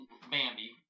Bambi